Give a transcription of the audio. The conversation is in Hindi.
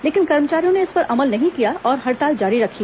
लेकिन कर्मचारियों ने इस पर अमल नहीं किया और हड़ताल जारी रखी